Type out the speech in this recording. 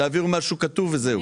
תעבירו משהו כתוב, וזהו.